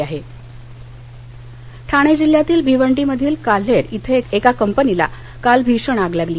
आग ठाणे जिल्ह्यातील भिवंडीमधील काल्हेर इथे काल एका कंपनीला भीषण आग लागली